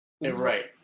Right